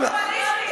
כי השמאל פלורליסטי,